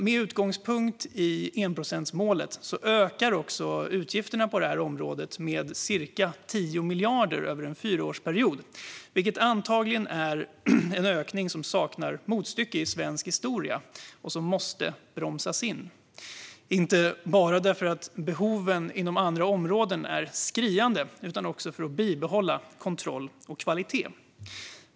Med utgångspunkt i enprocentsmålet ökar utgifterna på detta område med ca 10 miljarder över en fyraårsperiod. Det är en ökning som antagligen saknar motstycke i svensk historia och som måste bromsas in, inte bara därför att behoven inom andra områden är skriande utan också för att bibehålla kontroll och kvalitet.